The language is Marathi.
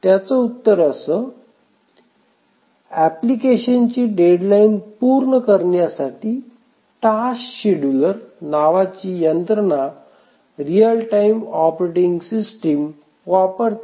त्याचं उत्तर असं एप्लिकेशनची डेडलाईन पूर्ण करण्यासाठी टास्क शेड्युलर नावाची यंत्रणा रियल टाईम ऑपरेटिंग सिस्टीम वापरते